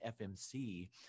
FMC